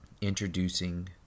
introducing